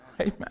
Amen